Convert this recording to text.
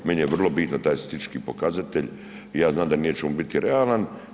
Meni je vrlo bitno taj statistički pokazatelj i ja znam da da nećemo biti realan.